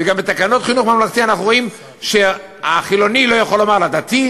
וגם בתקנות חינוך ממלכתי אנחנו רואים שחילוני לא יכול לומר לדתי,